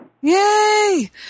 Yay